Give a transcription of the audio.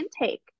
intake